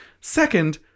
Second